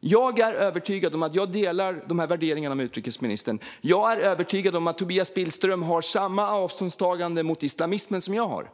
Jag är övertygad om att jag delar dessa värderingar med utrikesministern. Jag är övertygad om att Tobias Billström har samma avståndstagande mot islamismen som jag har.